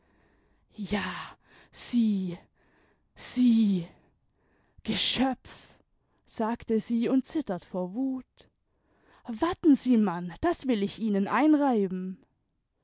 ja sie sie geschöpf sagte sie und zittert vor wut warten sie man das will ich ihnen einreiben